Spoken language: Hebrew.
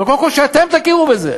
אבל קודם כול שאתם תכירו בזה.